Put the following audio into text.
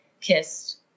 kissed